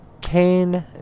Kane